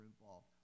involved